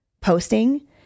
posting